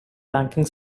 banking